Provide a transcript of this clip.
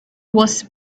was